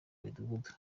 midugudu